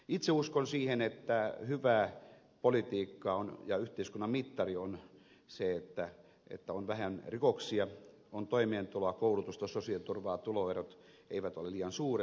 itse uskon siihen että hyvää politiikkaa on ja yhteiskunnan mittari on se että on vähän rikoksia on toimeentuloa koulutusta sosiaaliturvaa tuloerot eivät ole liian suuret